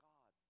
God